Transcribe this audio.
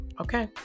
Okay